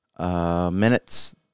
minutes